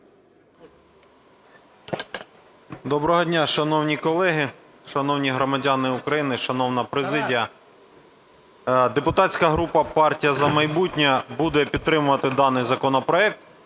Доброго дня, шановні колеги, шановні громадяни України, шановна президія! Депутатська група "Партія "За майбутнє" буде підтримувати даний законопроект,